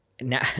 now